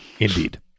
indeed